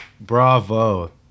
Bravo